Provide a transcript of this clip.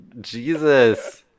Jesus